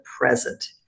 present